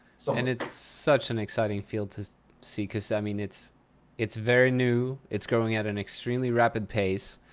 so and it's such an exciting field to see. because i mean, it's it's very new. it's growing at an extremely rapid pace.